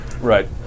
Right